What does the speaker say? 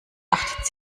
acht